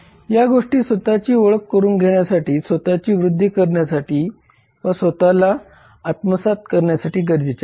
या गोष्टी स्वतःची ओळख करून घेण्यासाठी स्वतःची वृद्धी करण्यासाठी व स्वतःला आत्मसात करण्यासाठी गरजेच्या आहेत